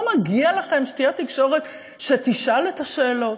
לא מגיע לכם שתהיה תקשורת שתשאל את השאלות